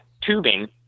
tubing